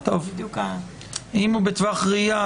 אם הוא בטווח ראייה,